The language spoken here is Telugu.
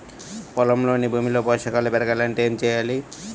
పొలంలోని భూమిలో పోషకాలు పెరగాలి అంటే ఏం చేయాలి?